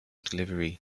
delivery